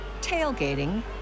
tailgating